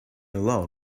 alone